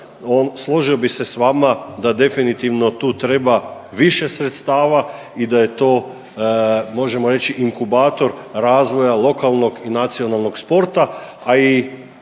složio bih se s vama da definitivno tu treba više sredstava i da je to možemo reći inkubator razvoja lokalnog i nacionalnog sporta, a i